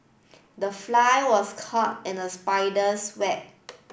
the fly was caught in the spider's web